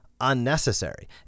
unnecessary